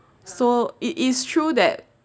so it is true that